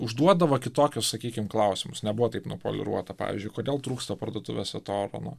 užduodavo kitokius sakykim klausimus nebuvo taip nupoliruota pavyzdžiui kodėl trūksta parduotuvėse to ar ano